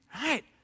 right